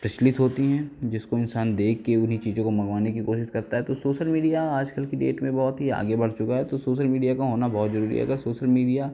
प्रचलित होती हैं जिसको इंसान देख के उन्ही चीज़ों को मँगवाने की कोशिश करता है तो सोसल मीडिया आज कल की डेट में बहुत ही आगे बढ़ चुका है तो सोसल मीडिया का होना बहुत जरूरी है अगर सोसल मीडिया